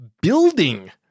building